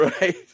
Right